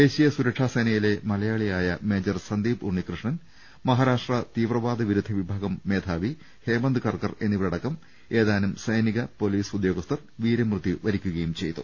ദേശീയ സുരക്ഷാസേനയിലെ മലയാളിയായ മേജർ സന്ദീപ് ഉണ്ണികൃഷ്ണൻ മഹാരാഷ്ട്ര തീവ്രവാദ വിരുദ്ധവിഭാഗം മേധാവി ഹേമന്ത് കർക്കർ എന്നിവ രടക്കം ഏതാനും സൈനിക പൊലീസ് ഉദ്യോഗസ്ഥർ വീരമൃത്യു വരിക്കു കയും ചെയ്തു